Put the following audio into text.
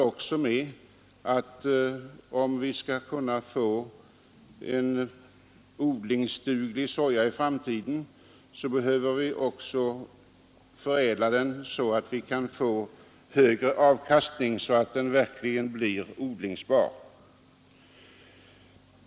Om vi skall kunna få en odlingsduglig soja i framtiden, behöver vi också vidareförädla densamma för att få en högre avkastning så att den verkligen blir odlingsbar.